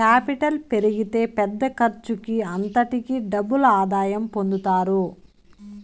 capital పెరిగితే పెద్ద ఖర్చుకి అంతటికీ డబుల్ ఆదాయం పొందుతారు